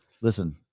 Listen